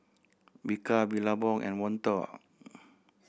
Bika Billabong and Monto